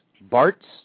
Bart's